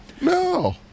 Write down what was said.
No